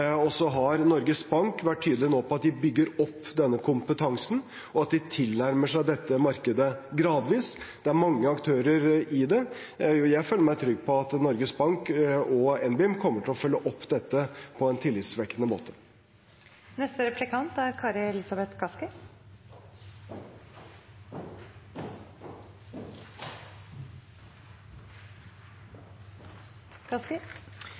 og så har Norges Bank nå vært tydelige på at de bygger opp denne kompetansen, og at de tilnærmer seg dette markedet gradvis. Det er mange aktører i det. Jeg føler meg trygg på at Norges Bank og NBIM kommer til å følge opp dette på en tillitvekkende måte. Jeg vil takke for statsrådens innlegg. Det kan skyldes at hodet mitt er